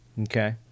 okay